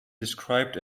described